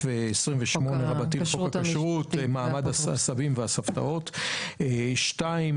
28א לחוק הכשרות - מעמד הסבים והסבתות; שתיים,